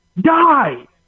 die